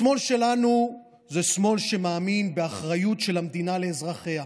השמאל שלנו זה שמאל שמאמין באחריות של המדינה לאזרחיה,